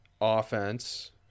offense